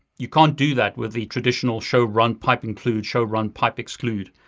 you can't do that with the traditional show run pipe include, show run pipe exclude.